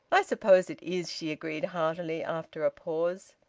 i suppose it is! she agreed heartily, after a pause.